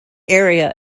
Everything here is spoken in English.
area